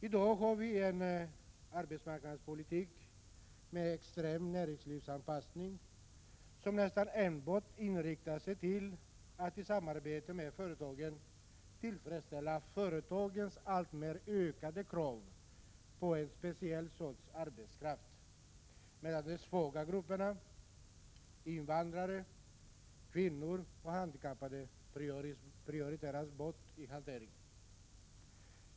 Vidare har vi i dag en arbetsmarknadspolitik, som är extremt näringslivsanpassad och som nästan enbart inriktar sig på att i samarbete med företagen tillgodose företagens allt större krav på en speciell sorts arbetskraft, medan 63 de svaga grupperna — invandrare, kvinnor och handikappade — prioriteras bort i hanteringen.